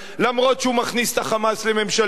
אפילו שהוא מכניס את ה"חמאס" לממשלתו,